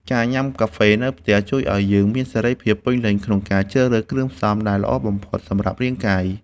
ការញ៉ាំកាហ្វេនៅផ្ទះជួយឱ្យយើងមានសេរីភាពពេញលេញក្នុងការជ្រើសរើសគ្រឿងផ្សំដែលល្អបំផុតសម្រាប់រាងកាយ។